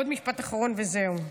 עוד משפט אחרון וזהו.